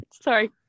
Sorry